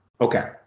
okay